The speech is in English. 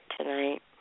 tonight